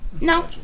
No